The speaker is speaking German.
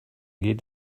geht